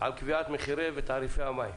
על קביעת מחירי ותעריפי המים.